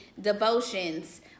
devotions